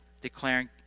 declaring